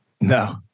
No